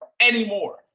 anymore